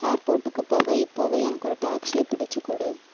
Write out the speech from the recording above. ஏர்போர்ட்டுக்கு போக இப்பவே எனக்கு ஒரு டாக்சியை பிடித்து கொடு